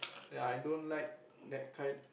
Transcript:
ya I don't like that kind